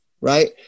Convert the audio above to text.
right